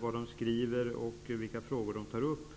vad det skriver och vilka frågor det tar upp.